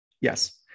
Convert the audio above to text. yes